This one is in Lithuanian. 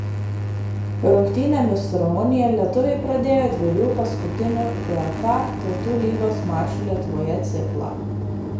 rungtynėmis su rumunija lietuviai pradėjo dviejų paskutinių uefa tautų lygos mačų lietuvoje ciklą